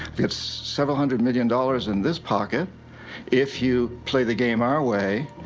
it's several hundred million dollars in this pocket if you play the game our way.